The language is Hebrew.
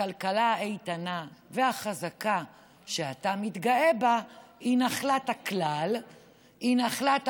הכלכלה האיתנה והחזקה שאתה מתגאה בה היא נחלת הכלל או,